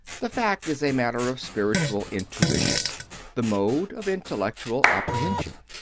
the fact is a matter of spiritual intuition the mode, of intellectual apprehension.